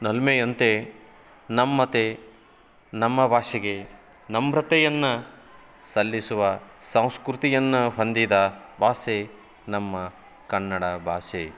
ನಲ್ಮೆಯಂತೆ ನಮ್ಮತೆ ನಮ್ಮ ಭಾಷೆಗೆ ನಮ್ರತೆಯನ್ನು ಸಲ್ಲಿಸುವ ಸಂಸ್ಕೃತಿಯನ್ನ ಹೊಂದಿದ ಭಾಷೆ ನಮ್ಮ ಕನ್ನಡ ಭಾಷೆ